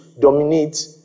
dominate